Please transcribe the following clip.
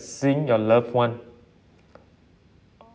seeing your loved one